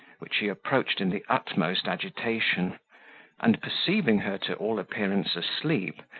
which he approached in the utmost agitation and perceiving her to all appearance asleep,